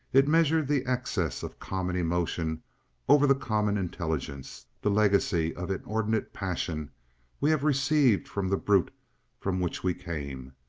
it measured the excess of common emotion over the common intelligence, the legacy of inordinate passion we have received from the brute from which we came.